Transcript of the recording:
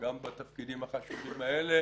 גם בתפקידים החשובים האלה